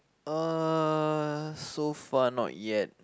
uh so far not yet